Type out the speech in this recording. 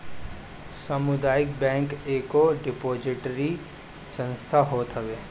सामुदायिक बैंक एगो डिपोजिटरी संस्था होत हवे